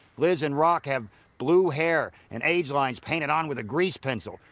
liz and rock have blue hair and age lines painted on with a grease pencil.